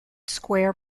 square